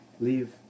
Leave